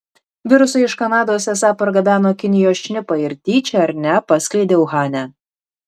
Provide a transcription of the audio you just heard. virusą iš kanados esą pargabeno kinijos šnipai ir tyčia ar ne paskleidė uhane